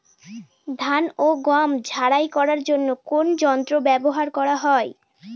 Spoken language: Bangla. ধান ও গম ঝারাই করার জন্য কোন কোন যন্ত্র ব্যাবহার করা হয়?